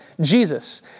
Jesus